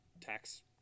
tax